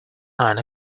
nine